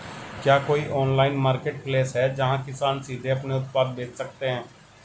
क्या कोई online marketplace है जहां किसान सीधे अपने उत्पाद बेच सकते हैं?